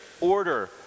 order